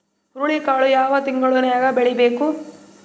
ಹುರುಳಿಕಾಳು ಯಾವ ತಿಂಗಳು ನ್ಯಾಗ್ ಬೆಳಿಬೇಕು?